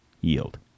yield